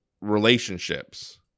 relationships